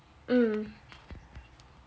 mm